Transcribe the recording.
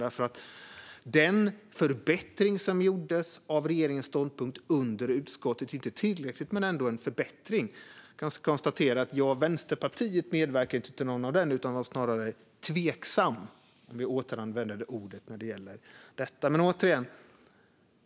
Den förbättring som gjordes av regeringens ståndpunkt i utskottet var inte tillräcklig men ändå en förbättring, men Vänsterpartiet medverkade inte till den utan var snarare tveksamt, om vi återanvänder det ordet.